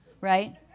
Right